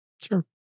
Sure